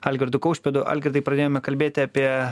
algirdu kaušpėdu algirdai pradėjome kalbėti apie